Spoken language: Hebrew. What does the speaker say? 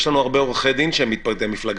יש לנו הרבה עורכי דין שהם מתפקדי מפלגה,